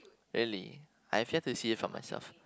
really I've yet to see it for myself